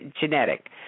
genetic